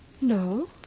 No